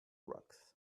rocks